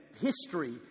history